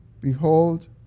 Behold